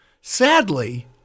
Sadly